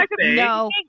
no